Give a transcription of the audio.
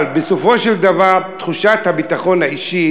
אבל בסופו של דבר תחושת הביטחון האישי